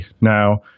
now